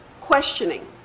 questioning